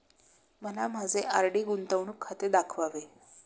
मला माझे आर.डी गुंतवणूक खाते दाखवावे